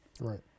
right